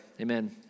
amen